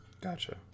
Gotcha